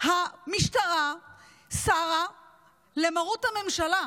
המשטרה סרה למרות הממשלה,